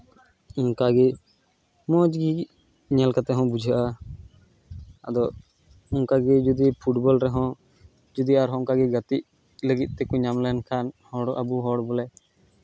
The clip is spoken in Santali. ᱚᱱᱠᱟᱜᱮ ᱢᱚᱡᱽ ᱜᱮ ᱧᱮᱞ ᱠᱟᱛᱮᱜ ᱦᱚᱸ ᱵᱩᱡᱷᱟᱹᱜᱼᱟ ᱟᱫᱚ ᱚᱱᱠᱟᱜᱮ ᱡᱚᱫᱤ ᱯᱷᱩᱴᱵᱚᱞ ᱨᱮᱦᱚᱸ ᱡᱩᱫᱤ ᱟᱨ ᱚᱱᱠᱟᱜᱮ ᱜᱟᱛᱮᱜ ᱞᱟᱹᱜᱤᱫ ᱛᱮᱠᱚ ᱧᱟᱢ ᱞᱮᱱᱠᱷᱟᱱ ᱦᱚᱲ ᱟᱵᱚ ᱦᱚᱲ ᱵᱚᱞᱮ